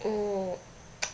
oh